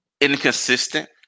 inconsistent